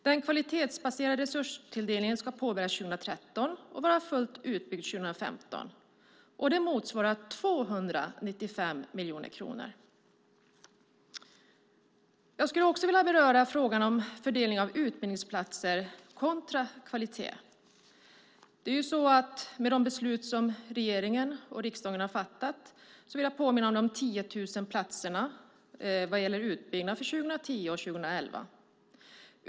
Den kvalitetsbaserade resurstilldelningen ska påbörjas 2013 och vara fullt utbyggd 2015. Det motsvarar 295 miljoner kronor. Jag skulle också vilja beröra frågan om fördelning av utbildningsplatser kontra kvalitet. I de beslut som regeringen och riksdagen har fattat vill jag påminna om de 10 000 platserna vad gäller utbyggnad av högskolan för 2010 och 2011.